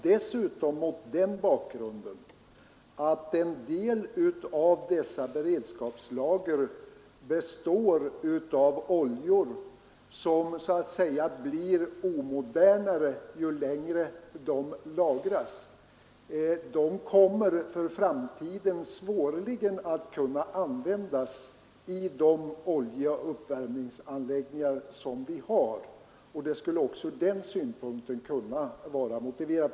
Dessutom består en del av dessa beredskapslager av oljor som så att säga blir omodernare ju längre de lagras. De kommer för framtiden svårligen att kunna användas i de oljeuppvärmningsanläggningar som vi har. Det skulle därför också ur den synpunkten kunna vara motiverat att utnyttja beredskapslagren.